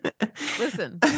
Listen